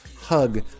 hug